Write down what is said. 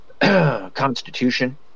constitution